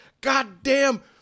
goddamn